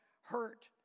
hurt